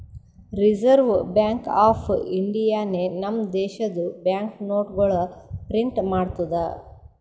reserve bank of ಇಂಡಿಯಾನೆ ನಮ್ ದೇಶದು ಬ್ಯಾಂಕ್ ನೋಟ್ಗೊಳ್ ಪ್ರಿಂಟ್ ಮಾಡ್ತುದ್